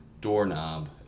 Doorknob